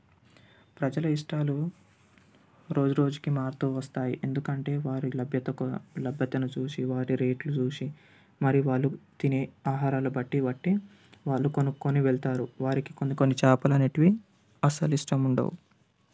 ప్రజల ఇష్టాలు రోజు రోజుకి మారుతు వస్తాయి ఎందుకంటే వారి లభ్యత కొ లభ్యతను చూసి వారి రేట్లు చూసి మరి వాళ్ళు తినే ఆహారాలు బట్టి వట్టి వాళ్ళు కొనుకోని వెళ్తారు వారికి కొన్ని కొన్ని చేపలు అనేవి అసలు ఇష్టం ఉండవు